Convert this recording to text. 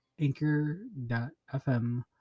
anchor.fm